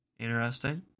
Interesting